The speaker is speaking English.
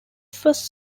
first